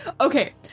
Okay